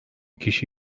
kişi